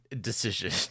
decision